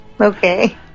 Okay